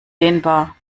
dehnbar